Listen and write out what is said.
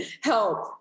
help